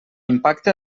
impacte